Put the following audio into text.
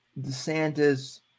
DeSantis